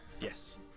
Yes